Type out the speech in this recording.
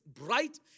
bright